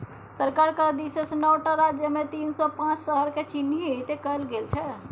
सरकारक दिससँ नौ टा राज्यमे तीन सौ पांच शहरकेँ चिह्नित कएल गेल छै